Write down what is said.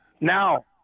Now